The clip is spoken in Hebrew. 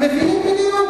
זה, בדיוק ככה.